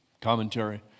Commentary